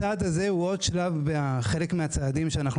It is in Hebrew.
הצעד הזה הוא עוד שלב בחלק מהצעדים שאנחנו